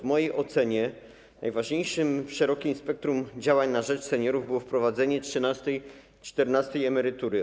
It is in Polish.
W mojej ocenie najważniejsze w szerokim spektrum działań na rzecz seniorów było wprowadzenie trzynastej, czternastej emerytury.